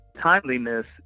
timeliness